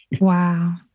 Wow